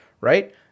right